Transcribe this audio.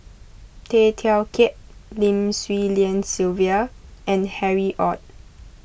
Tay Teow Kiat Lim Swee Lian Sylvia and Harry Ord